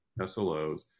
SLOs